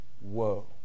whoa